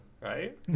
Right